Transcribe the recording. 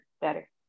better